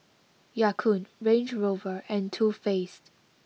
Ya Kun Range Rover and Too Faced